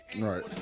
Right